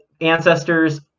ancestors